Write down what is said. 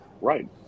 right